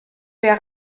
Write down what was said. der